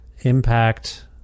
impact